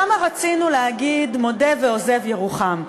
כמה רצינו להגיד: מודה ועוזב ירוחם.